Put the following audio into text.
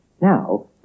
Now